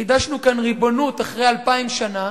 חידשנו כאן ריבונות אחרי אלפיים שנה,